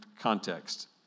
context